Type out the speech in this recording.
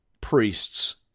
priests